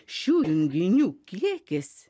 šių junginių kiekis